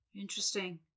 Interesting